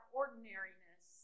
ordinariness